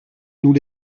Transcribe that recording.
nous